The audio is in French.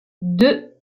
deux